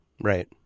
Right